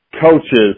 coaches